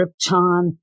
Krypton